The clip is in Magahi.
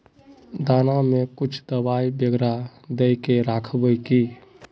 दाना में कुछ दबाई बेगरा दय के राखबे की?